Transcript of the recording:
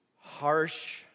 harsh